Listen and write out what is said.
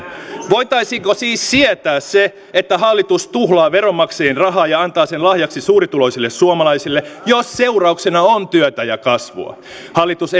voitaisiinko siis sietää se että hallitus tuhlaa veronmaksajien rahaa ja antaa sen lahjaksi suurituloisille suomalaisille jos seurauksena on työtä ja kasvua hallitus